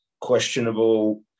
questionable